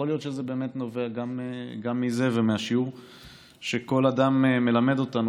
יכול להיות שזה באמת נובע גם מזה ומהשיעור שכל אדם מלמד אותנו,